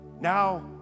Now